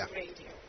radio